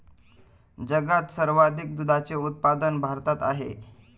जगात सर्वाधिक दुधाचे उत्पादन भारतात आहे